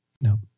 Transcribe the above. no